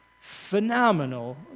Phenomenal